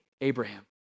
Abraham